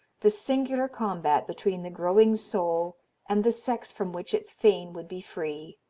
the singular combat between the growing soul and the sex from which it fain would be free.